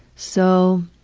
so